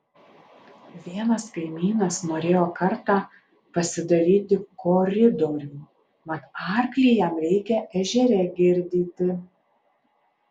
vienas kaimynas norėjo kartą pasidaryti koridorių mat arklį jam reikia ežere girdyti